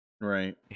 Right